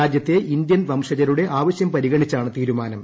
രാജ്യത്തെ ഇന്ത്യൻ വംശജരുടെ ആവശ്യം പരിഗണിച്ചാണ് തീരുമാനം